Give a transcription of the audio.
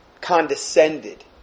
condescended